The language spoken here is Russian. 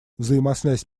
взаимосвязь